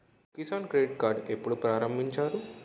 Kisan credit card ఎప్పుడు ప్రారంభించారు?